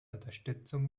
unterstützung